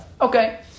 Okay